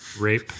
Rape